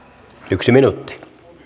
yksi minuutti